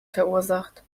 verursacht